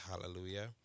hallelujah